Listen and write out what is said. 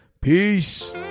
Peace